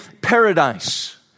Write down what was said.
paradise